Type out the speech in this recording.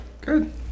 Good